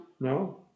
No